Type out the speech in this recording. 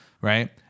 Right